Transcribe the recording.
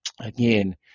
again